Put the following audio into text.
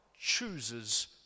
chooses